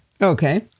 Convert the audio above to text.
Okay